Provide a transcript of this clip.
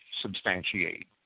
substantiate